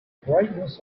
brightness